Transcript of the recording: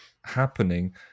happening